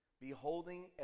beholding